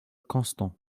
constant